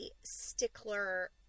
stickler